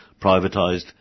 privatised